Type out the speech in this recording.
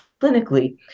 clinically